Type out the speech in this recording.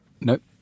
Nope